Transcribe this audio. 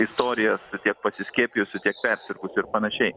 istorijas tiek pasiskiepijusių tiek persirgusių ir panašiai